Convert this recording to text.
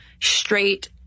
straight